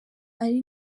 ari